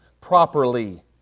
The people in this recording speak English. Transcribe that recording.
properly